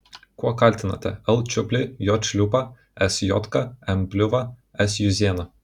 kuo kaltinate l čiuplį j šliūpą s jodką m bliuvą s juzėną